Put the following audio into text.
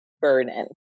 burden